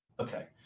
ok,